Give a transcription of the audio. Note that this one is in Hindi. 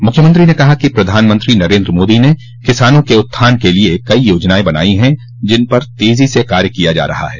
मुख्यमंत्री ने कहा कि प्रधानमंत्री नरेन्द्र मोदी ने किसानों के उत्थान के लिए कई योजनायें बनायी हैं जिस पर तेजी से कार्य किया जा रहा है